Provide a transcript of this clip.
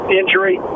injury